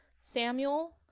Samuel